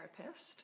therapist